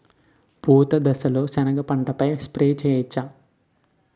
పూత దశలో సెనగ పంటపై స్ప్రే చేయచ్చా?